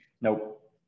nope